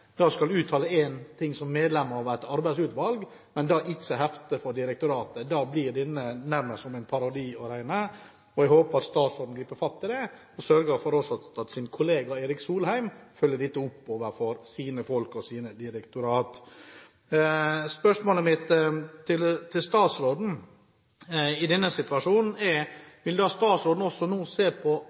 ting som medlem av et arbeidsutvalg, men ikke hefter for direktoratet. Da blir dette nærmest for en parodi å regne. Jeg håper at statsråden griper fatt i det, og sørger for at også hennes kollega Erik Solheim følger dette opp overfor sine folk og sine direktorat. Spørsmålet mitt til statsråden i denne situasjonen er: Vil statsråden nå se på